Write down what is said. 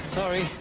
sorry